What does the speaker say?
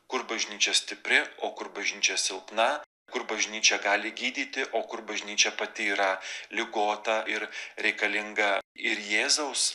kur bažnyčia stipri o kur bažnyčia silpna kur bažnyčia gali gydyti o kur bažnyčia pati yra ligota ir reikalinga ir jėzaus